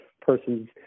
person's